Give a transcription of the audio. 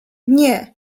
nie